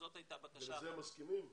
ולזה הם מסכימים?